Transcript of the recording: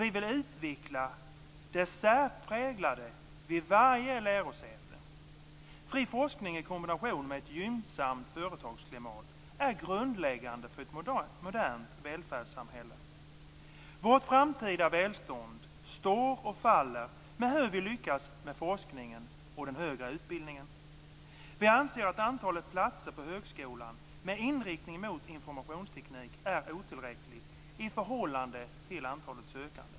Vi vill utveckla det särpräglade vid varje lärosäte. Fri forskning i kombination med ett gynnsamt företagsklimat är grundläggande för ett modernt välfärdssamhälle. Vårt framtida välstånd står och faller med hur vi lyckas med forskningen och den högre utbildningen. Vi anser att antalet platser på högskolan med inriktning mot informationsteknik är otillräckligt i förhållande till antalet sökande.